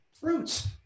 fruits